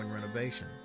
renovation